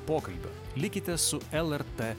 pokalbio likite su lrt